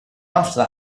after